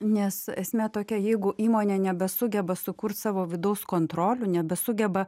nes esmė tokia jeigu įmonė nebesugeba sukurt savo vidaus kontrolių nebesugeba